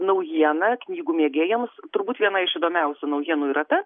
naujieną knygų mėgėjams turbūt viena iš įdomiausių naujienų yra ta